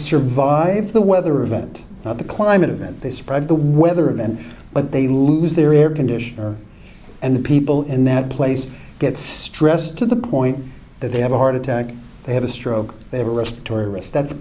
survive the weather event the climate event they spread the weather event but they lose their air conditioner and the people in that place get stressed to the point that they have a heart attack they have a stroke they were respiratory arrest that's